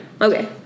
okay